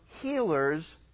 healers